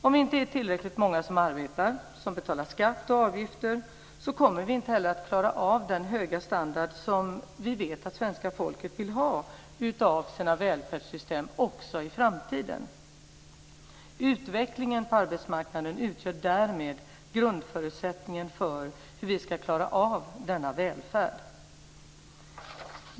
Om vi inte är tillräckligt många som arbetar och som betalar skatt och avgifter kommer vi inte heller att klara av den höga standard som vi vet att svenska folket vill ha i sina välfärdssystem också i framtiden. Utvecklingen på arbetsmarknaden utgör därmed grundförutsättningen för hur vi ska klara av denna välfärd.